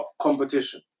competition